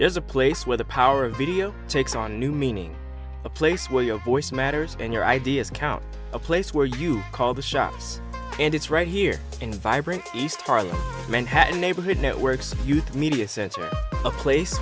there's a place where the power of video takes on new meaning a place where your voice matters and your ideas count a place where you call the shots and it's right here in the vibrant east harlem manhattan neighborhood network's youth media center a place